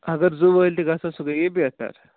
اگر زٕ وٲلۍ تہِ گَژھن سُہ گٔیے بہتر